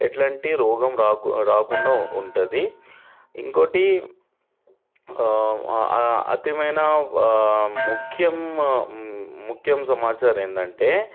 ఎట్లాంటి రోగం రాకు రాకుండా ఉంటుంది ఇంకోకటి అతిమైనా ముఖ్యమైన ముఖ్యమైన సమాచారం ఏంటంటే